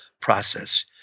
process